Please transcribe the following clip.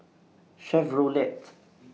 Chevrolet